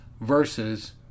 versus